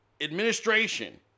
administration